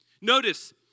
Notice